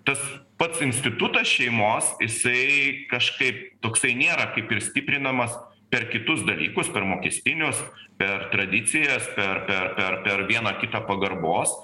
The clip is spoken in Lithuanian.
tas pats institutas šeimos jisai kažkaip toksai nėra kaip ir stiprinamas per kitus dalykus per mokestinius per tradicijas per per per per vieną kitą pagarbos